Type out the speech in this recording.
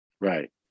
Right